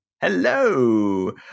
Hello